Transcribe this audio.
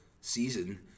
season